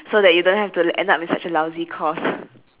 so that you don't have to end up in such a lousy course